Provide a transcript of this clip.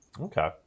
Okay